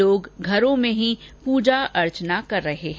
लोग घरों में ही पूजा अर्चना कर रहे हैं